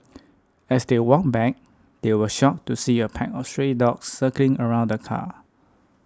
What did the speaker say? as they walked back they were shocked to see a pack of stray dogs circling around the car